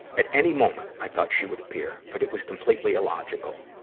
at any moment, i thought she would appear, but it was completely illogical.